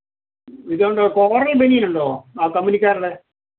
ഇതുണ്ടോ കോറല് ബനിയനുണ്ടോ അ കമ്പനിക്കാരുടെ